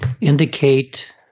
indicate